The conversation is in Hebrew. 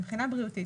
מבחינה בריאותית.